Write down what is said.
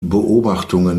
beobachtungen